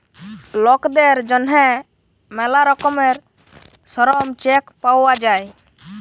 লকদের জ্যনহে ম্যালা রকমের শরম চেক পাউয়া যায়